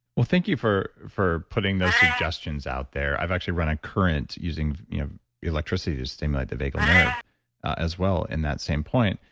well, thank you for for putting those suggestions out there. i've actually run a current using electricity to stimulate the vagal nerve as well in that same point.